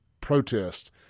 protest